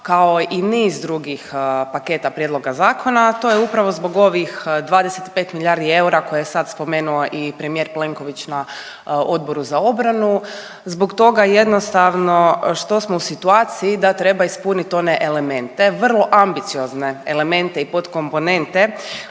kao i niz drugih paketa prijedloga zakona, a to je upravo zbog ovih 25 milijardi eura koje je sad spomenuo i premijer Plenković na Odboru za obranu zbog toga jednostavno što smo u situaciji da treba ispuniti one elemente vrlo ambiciozne elemente i podkomponente